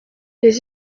les